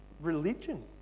religion